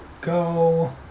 go